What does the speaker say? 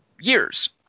years